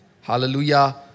Hallelujah